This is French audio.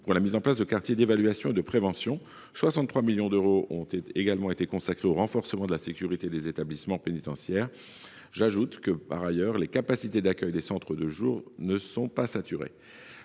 pour la mise en place de quartiers d’évaluation et de prévention. Par ailleurs, 63 millions d’euros ont été affectés au renforcement de la sécurité des établissements pénitentiaires. J’ajoute que les capacités d’accueil des centres de jour ne sont pas saturées.